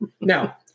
Now